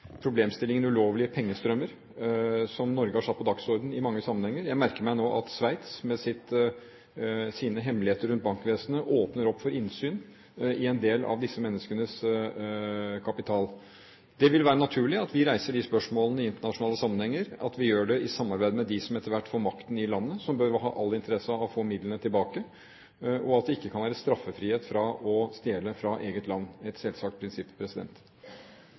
problemstillingen «ulovlige pengestrømmer», som Norge har satt på dagsordenen i mange sammenhenger. Jeg merker meg nå at Sveits, med sine hemmeligheter rundt bankvesenet, åpner opp for innsyn i en del av disse menneskenes kapital. Det vil være naturlig at vi reiser disse spørsmålene i internasjonale sammenhenger, at vi gjør det i samarbeid med dem som etter hvert får makten i landet, som bør ha all interesse av å få midlene tilbake, og det kan ikke være straffrihet for å stjele fra eget land – et selvsagt prinsipp.